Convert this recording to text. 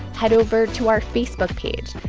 head over to our facebook page.